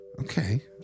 okay